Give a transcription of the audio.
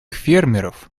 фермеров